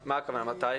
מתי?